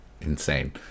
insane